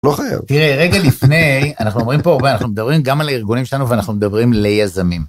לא חייב. תראה רגע לפני אנחנו אומרים פה הרבה אנחנו מדברים גם על הארגונים שלנו ואנחנו מדברים ליזמים.